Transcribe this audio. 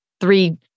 three